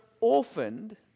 orphaned